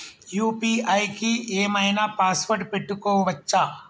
UPI కి ఏం ఐనా పాస్వర్డ్ పెట్టుకోవచ్చా?